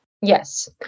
Yes